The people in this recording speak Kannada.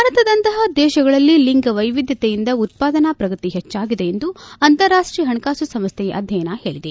ಭಾರತದಂತಹ ದೇಶಗಳಲ್ಲಿ ಲಿಂಗ ವೈವಿಧ್ವತೆಯಿಂದ ಉತ್ಪಾದನಾ ಪ್ರಗತಿ ಹೆಚ್ಚಾಗಿದೆ ಎಂದು ಅಂತಾರಾಷ್ಟೀಯ ಹಣಕಾಸು ಸಂಸ್ಥೆಯ ಅಧ್ಯಯನ ಹೇಳಿದೆ